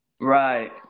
Right